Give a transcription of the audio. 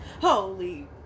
Holy